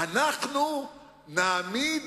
אנחנו נעמיד